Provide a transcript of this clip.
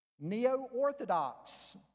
Neo-Orthodox